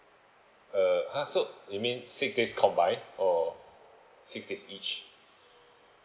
uh ah so you mean six days combine or six days each